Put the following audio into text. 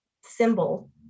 symbol